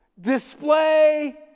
Display